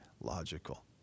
logical